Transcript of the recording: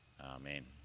Amen